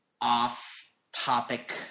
off-topic